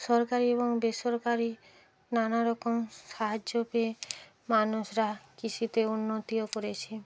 সরকারি এবং বেসরকারি নানারকম সাহায্য পেয়ে মানুষরা কৃষিতে উন্নতিও করেছে